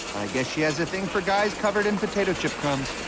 i guess she has a thing for guys covered in potato chip crumbs.